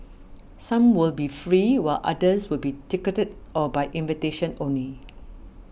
some will be free while others will be ticketed or by invitation only